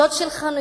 שוד של חנויות,